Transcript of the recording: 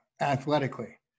athletically